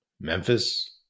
Memphis